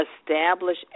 Establish